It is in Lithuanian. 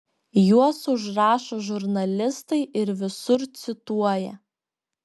juos užrašo žurnalistai ir visur cituoja